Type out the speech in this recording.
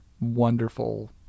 wonderful